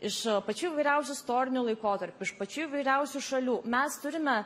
iš pačių įvairiausių istorinių laikotarpių iš pačių įvairiausių šalių mes turime